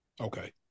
Okay